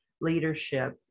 leadership